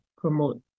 promote